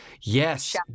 Yes